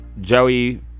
Joey